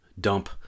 dump